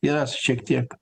yra šiek tiek